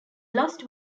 lost